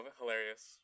hilarious